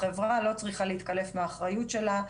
החברה לא צריכה להתקלף מהאחריות שלה.